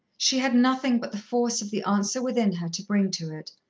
she had nothing but the force of the answer within her to bring to it,